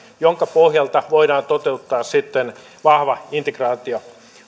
jonka pohjalta voidaan toteuttaa sitten vahva integraatio